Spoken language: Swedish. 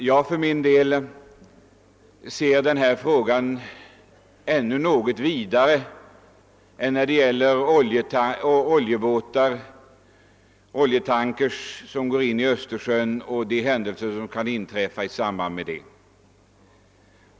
Jag ser för min del ännu något vidare på den här frågan än enbart på oljetankers som går in i Östersjön och de händelser som kan inträffa i samband därmed.